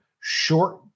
short